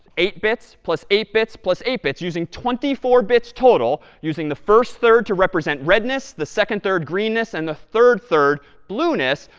eight bits plus eight bits plus eight bits, using twenty four bits total, using the first third to represent redness, the second third greenness, and the third third blueness,